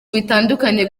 bitandukanye